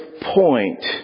point